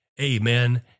Amen